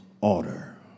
order